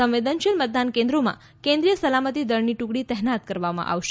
સંવેદનશીલ મતદાન કેન્દ્રોમાં કેન્દ્રિય સલામતી દળની ટુકડી તહેનાત કરવામાં આવી છે